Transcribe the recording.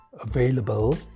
available